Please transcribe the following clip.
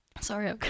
Sorry